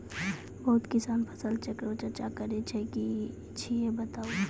बहुत किसान फसल चक्रक चर्चा करै छै ई की छियै बताऊ?